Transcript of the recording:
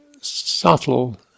subtle